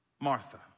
Martha